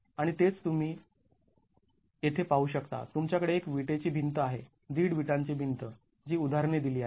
आणि तेच तुम्ही येथे पाहू शकता तुमच्याकडे एक विटेची भिंत आहे दीड विटांची भिंत आहे जी उदाहरणे दिली आहेत